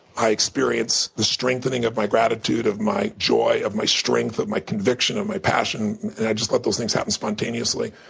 i experience the strengthening of my gratitude, of my strength, of my strength, of my conviction, of my passion. and i just let those things happen spontaneously.